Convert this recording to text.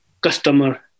customer